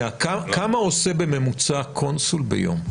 כמה עושה בממוצע קונסול ביום?